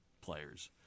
players